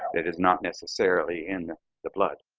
it is not necessarily in the blood.